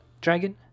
dragon